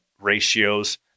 ratios